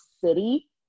city